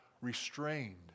restrained